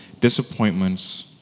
disappointments